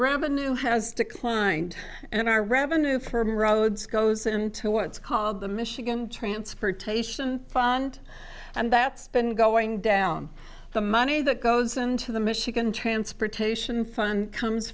revenue has declined and our revenue from roads goes into what's called the michigan transportation fund and that's been going down the money that goes into the michigan transportation fun comes